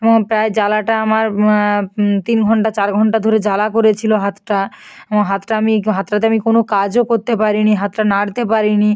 এবং প্রায় জ্বালাটা আমার তিন ঘণ্টা চার ঘণ্টা ধরে জ্বালা করেছিল হাতটা এবং হাতটা আমি হাতটাতে আমি কোনো কাজও করতে পারিনি হাতটা নাড়তে পারিনি